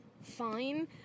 fine